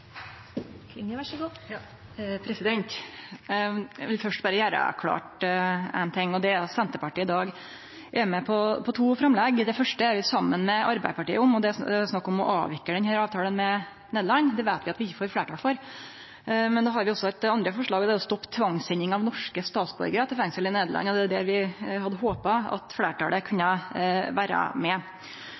Eg vil først berre gjere ein ting klart: Det er at Senterpartiet i dag er med på to framlegg. Det første er vi saman med Arbeidarpartiet om, og der er det snakk om å avvikle denne avtalen med Nederland. Det veit vi at vi ikkje får fleirtal for, men då har vi også eit anna forslag. Det er å stoppe tvangssending av norske statsborgarar til fengsel i Nederland, og det er der vi hadde håpa at fleirtalet kunne vere med.